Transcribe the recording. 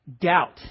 doubt